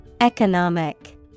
Economic